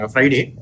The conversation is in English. Friday